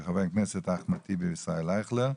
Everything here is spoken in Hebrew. של חברי הכנסת אחמד טיבי וישראל אייכלר.